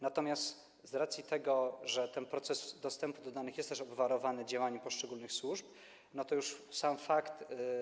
Natomiast z racji tego, że ten proces dostępu do danych jest też obwarowany działaniem poszczególnych służb, to już sam fakt.